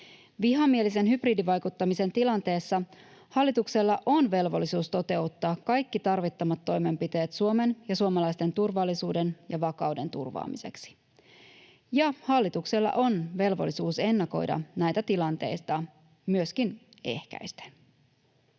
Vihamielisen hybridivaikuttamisen tilanteessa hallituksella on velvollisuus toteuttaa kaikki tarvittavat toimenpiteet Suomen turvallisuuden ja vakauden ja suomalaisten turvaamiseksi. Ja hallituksella on velvollisuus ehkäistä näitä tilanteita myöskin ennakoiden.